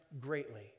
greatly